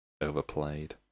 overplayed